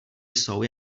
jsou